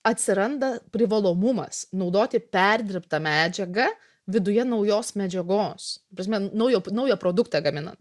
atsiranda privalomumas naudoti perdirbtą medžiaga viduje naujos medžiagos ta prasme naujo naują produktą gaminant